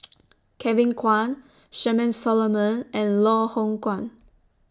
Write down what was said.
Kevin Kwan Charmaine Solomon and Loh Hoong Kwan